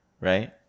right